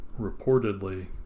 reportedly